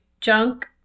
junk